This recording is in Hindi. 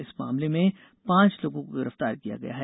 इस मामले में पांच लोगों को गिरफ़तार किया गया है